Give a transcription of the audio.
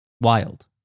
Wild